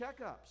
checkups